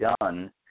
done